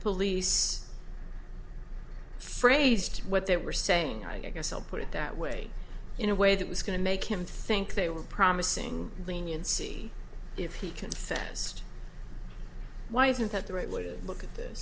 police phrased what they were saying i guess i'll put it that way in a way that was going to make him think they were promising leniency if he confessed why isn't that the right way to look at th